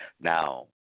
Now